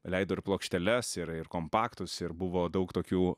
leido ir plokšteles ir ir kompaktus ir buvo daug tokių